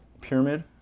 pyramid